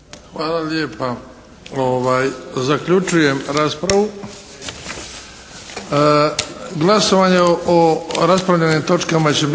Hvala lijepa. Zaključujem raspravu.